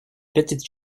petite